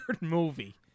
movie